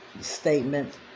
statement